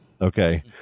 Okay